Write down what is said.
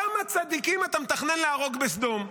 כמה צדיקים אתה מתכנן להרוג בסדום?